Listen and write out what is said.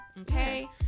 okay